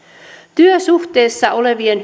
työsuhteessa olevien